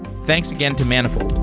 thanks again to manifold.